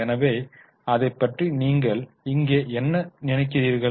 எனவே அதைப்பற்றி நீங்கள் இங்கே என்ன நினைக்கிறீர்கள்